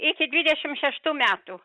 iki dvidešimt šeštų metų